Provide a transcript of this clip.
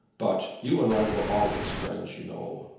but you and i were always friends you know,